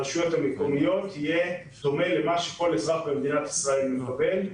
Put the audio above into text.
הרשויות המקומיות יהיה דומה למה שכל אזרח במדינת ישראל מקבל.